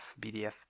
BDF